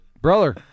brother